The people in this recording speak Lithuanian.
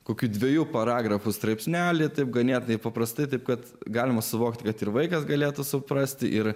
kokių dviejų paragrafų straipsnelį taip ganėtinai paprastai taip kad galima suvokti kad ir vaikas galėtų suprasti ir